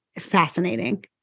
fascinating